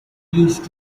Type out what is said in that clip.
used